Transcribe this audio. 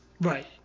right